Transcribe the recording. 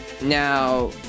now